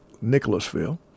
Nicholasville